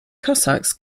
cossacks